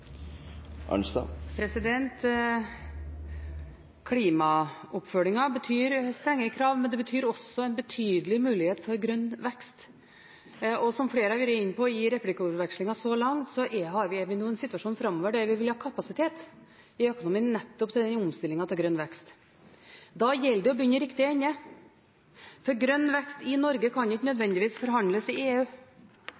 betyr strenge krav, men det betyr også en betydelig mulighet for grønn vekst. Og som flere har vært inne på i replikkordvekslingen så langt, har vi en situasjon nå framover hvor vi vil ha kapasitet i økonomien nettopp til den omstillingen til grønn vekst. Da gjelder det å begynne i riktig ende, for grønn vekst i Norge kan ikke